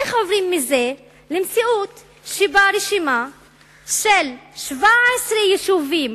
איך עוברים מזה למציאות שברשימה של 17 יישובים